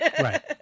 Right